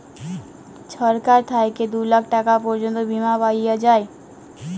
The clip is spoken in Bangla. ছরকার থ্যাইকে দু লাখ টাকা পর্যল্ত বীমা পাউয়া যায়